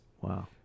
Wow